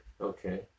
Okay